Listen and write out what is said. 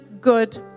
good